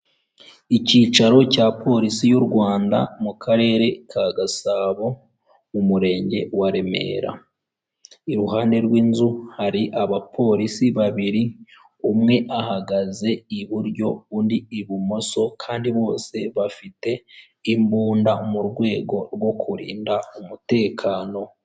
Icyicaro cya polisi y'u Rwanda mu Karere ka Gasabo mu Murenge wa Remera, iruhande rw'inzu hari abapolisi babiri, umwe ahagaze iburyo, undi ibumoso kandi bose bafite imbunda mu rwego rwo kurinda umutekano.